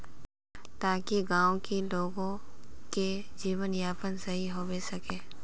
ताकि गाँव की लोग के जीवन यापन सही होबे सके?